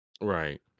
right